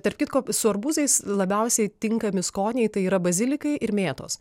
tarp kitko su arbūzais labiausiai tinkami skoniai tai yra bazilikai ir mėtos